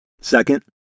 Second